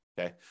okay